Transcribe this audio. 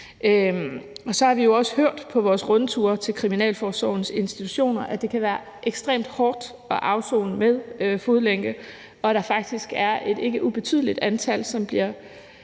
Så har vi jo også hørt på vores rundtur til kriminalforsorgens institutioner, at det kan være ekstremt hårdt at afsone med fodlænke, og at der faktisk er et ikke ubetydeligt antal, som